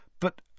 but—